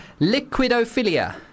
liquidophilia